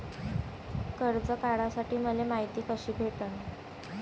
कर्ज काढासाठी मले मायती कशी भेटन?